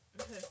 Okay